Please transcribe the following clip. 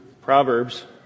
Proverbs